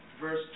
verse